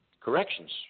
corrections